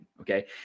Okay